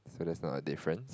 so that's not a difference